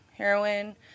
heroin